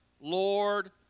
Lord